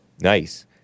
Nice